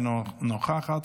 אינה נוכחת,